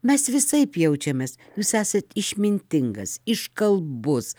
mes visaip jaučiamės jūs esat išmintingas iškalbus